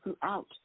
throughout